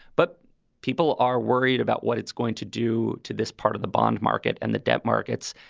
but people are worried about what it's going to do to this part of the bond market and the debt markets.